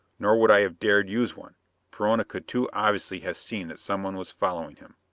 nor would i have dared use one perona could too obviously have seen that someone was following him.